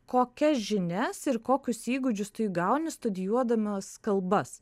kokias žinias ir kokius įgūdžius tu įgauni studijuodamas kalbas